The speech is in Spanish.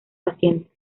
paciente